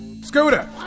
Scooter